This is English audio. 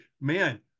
man